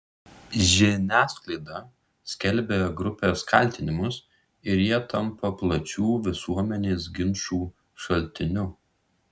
žiniasklaida skelbia grupės kaltinimus ir jie tampa plačių visuomenės ginčų šaltiniu